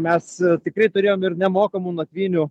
mes tikrai turėjom ir nemokamų nakvynių